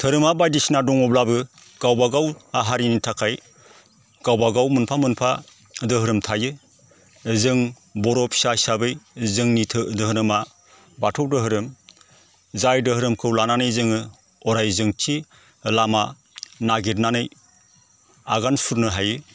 धोरोमा बायदिसिना दङब्लाबो गावबागाव हारिनि थाखाय गावबागाव मोनफा मोनफा धोरोम थायो जों बर' फिसा हिसाबै जोंनि धोरोमा बाथौ धोरोम जाय धोरोमखौ लानानै जोङो अराय जोंथि लामा नागिरनानै आगान सुरनो हायो